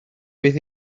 fydd